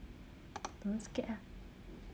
don't scared lah